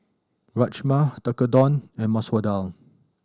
Rajma Tekkadon and Masoor Dal